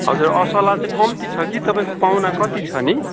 हजुर असला चाहिँ कम्ती छ कि तपाईँको पाहुना कति छ नि